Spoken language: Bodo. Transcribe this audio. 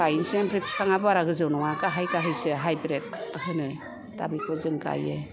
गायसै ओमफ्राय फिफाङा बारा गोजौ नङा गाहाय गाहायसो हाइब्रेद होनो दा बिखौ जों गाइयो